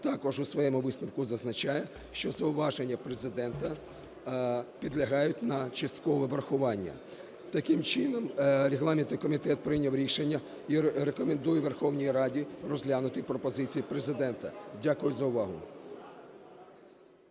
також у своєму висновку зазначає, що зауваження Президента підлягають на часткове врахування. Таким чином регламентний комітет прийняв рішення і рекомендує Верховній Раді розглянути пропозиції Президента. Дякую за увагу.